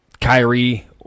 Kyrie